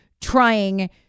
trying